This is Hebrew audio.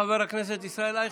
חבר הכנסת ישראל אייכלר.